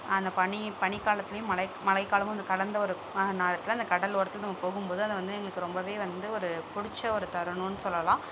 அந்த பனி பனிகாலத்துலேயும் மழை மழைக்காலமும் கலந்த ஒரு அந்த கடல் ஓரத்தில் நம்ம போகும் போது அதை வந்து எங்களுக்கு ரொம்ப வந்து ஒரு பிடிச்ச ஒரு தருணம்னு சொல்லலாம்